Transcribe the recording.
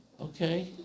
Okay